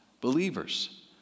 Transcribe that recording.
believers